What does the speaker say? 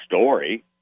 story